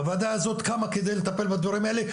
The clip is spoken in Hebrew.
הוועדה הזו קמה על מנת לטפל בדברים האלה,